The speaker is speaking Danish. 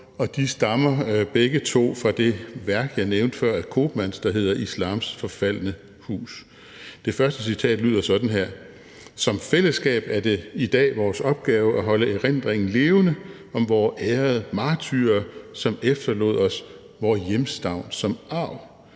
de stammer begge fra det værk, jeg nævnte før af Koopmans, der hedder Islams Forfaldne Hus. Det første citat lyder sådan her: »Som fællesskab er det i dag vor opgave at holde erindringen levende om vore ærede martyrer, som efterlod os vor hjemstavn som arv.